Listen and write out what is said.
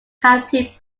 county